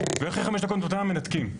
ואחרי חמש דקות מנתקים.